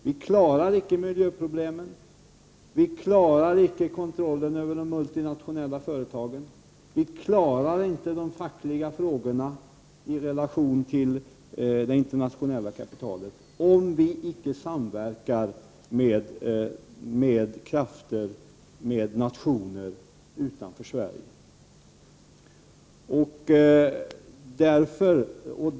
Vi kommer inte att kunna lösa miljöproblemen, inte att kunna kontrollera de multinationella företagen och inte att kunna lösa de fackliga frågorna i relation till det internationella kapitalet, om vi inte samverkar med nationer och krafter utanför Sverige.